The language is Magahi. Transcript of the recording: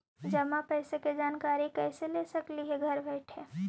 जमा पैसे के जानकारी कैसे ले सकली हे घर बैठे?